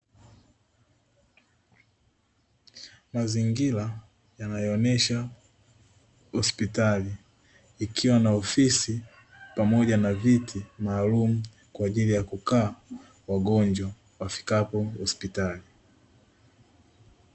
Mazingira yanayoonyesha hospitali, ikiwa na ofisi pamoja na viti maalumu, kwa ajili ya kukaa wagonjwa wafikapo hospitali.